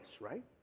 right